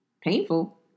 painful